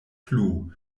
plu